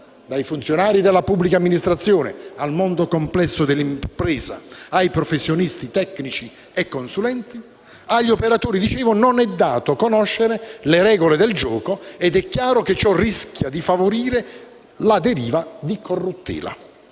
dai funzionari della pubblica amministrazione al mondo complesso dell'impresa, ai professionisti, tecnici e consulenti, non è dato conoscere le regole del gioco ed è chiaro che ciò rischia di favorire derive di corruttela.